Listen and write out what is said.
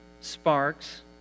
sparks